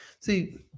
See